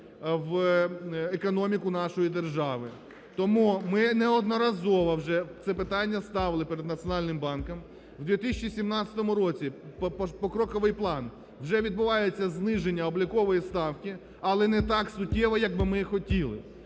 в економіку нашої держави. Тому ми неодноразово вже це питання ставили перед Національним банком. В 2017 році, покроковий план, вже відбувається зниження облікової ставки, але не так суттєво якби ми хотіли.